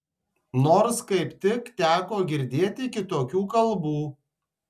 nors kaip tik teko girdėt kitokių kalbų